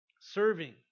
Serving